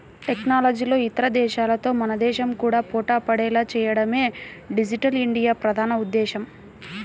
టెక్నాలజీలో ఇతర దేశాలతో మన దేశం కూడా పోటీపడేలా చేయడమే డిజిటల్ ఇండియా ప్రధాన ఉద్దేశ్యం